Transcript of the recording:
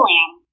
Lamb